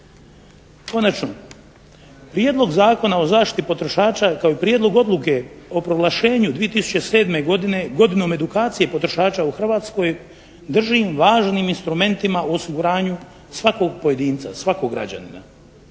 Konačno, Prijedlog zakona o zaštiti potrošača kao i Prijedlog odluke o proglašenju 2007. godine godinom edukacije potrošača u Hrvatskoj, držim važnim instrumentima u osiguranju svakog pojedinca, svakog građanina.